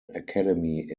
academy